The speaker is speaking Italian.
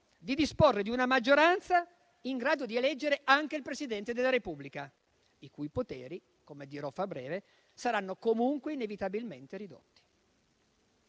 di disporre di una maggioranza in grado di eleggere anche il Presidente della Repubblica, i cui poteri - come dirò fra breve - saranno comunque inevitabilmente ridotti.